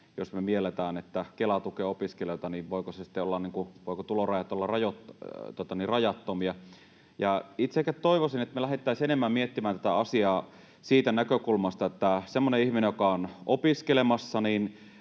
me miellämme, että Kela tukee opiskelijoita, niin voivatko tulorajat olla rajattomia? Itse ehkä toivoisin, että me lähtisimme enemmän miettimään tätä asiaa siitä näkökulmasta, että semmoisella ihmisellä, joka on opiskelemassa,